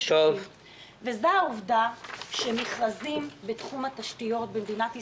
אני מתייחסת לעובדה שמכרזים בתחום התשתיות במדינת ישראל,